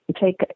take